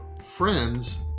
friends